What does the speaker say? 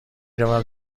رود